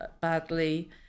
badly